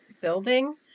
building